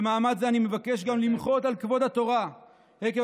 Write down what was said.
במעמד זה אני מבקש גם למחות על כבוד התורה עקב